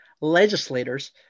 legislators